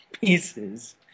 pieces –